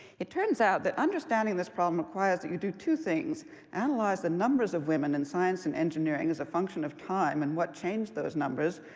it turns out that understanding this problem requires that you do two things analyze the numbers of women in science and engineering as a function of time, and what changed those numbers,